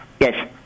Yes